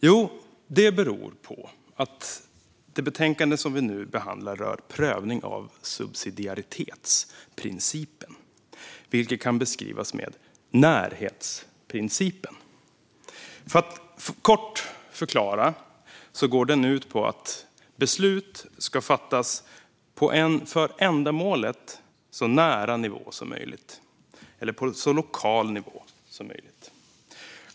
Jo, det beror på att det utlåtande vi nu behandlar rör prövning av subsidiaritetsprincipen, vilket kan beskrivas med närhetsprincipen. Låt mig kort förklara. Principen går ut på att beslut ska fattas på en för ändamålet så nära nivå som möjligt eller på så lokal nivå som möjligt.